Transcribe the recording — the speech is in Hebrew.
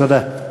תודה.